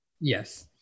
Yes